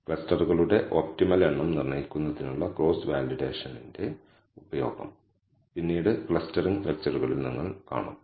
ക്ലസ്റ്ററുകളുടെ ഒപ്റ്റിമൽ എണ്ണം നിർണ്ണയിക്കുന്നതിനുള്ള ക്രോസ് വാലിഡേഷൻത്തിന്റെ ഉപയോഗം പിന്നീട് ക്ലസ്റ്ററിംഗ് ലെക്ചറുകളിൽ നിങ്ങൾ കാണും